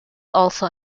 also